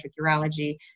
urology